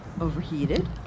overheated